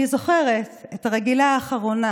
אני זוכרת את הרגילה האחרונה